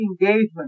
engagement